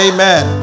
Amen